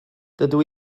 dydw